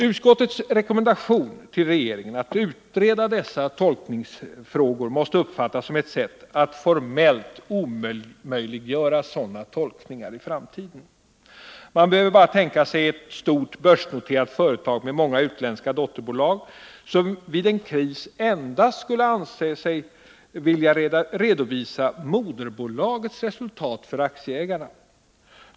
Utskottets rekommendation till regeringen att utreda dessa tolkningsfrågor måste uppfattas som ett sätt att formellt omöjliggöra sådana tolkningar i framtiden. Man behöver bara tänka sig vilken uppmärksamhet det skulle väcka om ett stort börsnoterat företag med många utländska dotterbolag vid en kris endast skulle anse sig behöva redovisa moderbolagets resultat för aktieägarna.